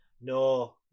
No